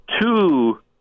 two